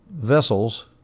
vessels